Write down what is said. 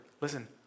listen